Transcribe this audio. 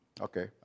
okay